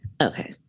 Okay